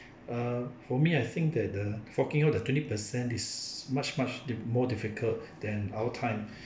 err for me I think that the forking out the twenty percent is much much more difficult than our time